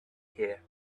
here